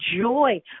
joy